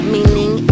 Meaning